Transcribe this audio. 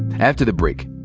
after the break,